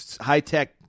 high-tech